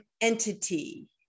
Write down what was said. entity